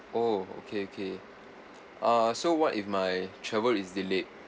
oh okay okay err so what if my travel is delayed